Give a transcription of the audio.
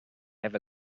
have